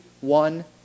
one